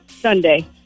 Sunday